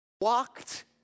walked